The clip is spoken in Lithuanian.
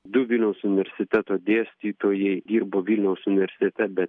du vilniaus universiteto dėstytojai dirbo vilniaus universitete bet